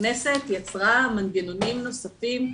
הכנסת יצרה מנגנונים נוספים,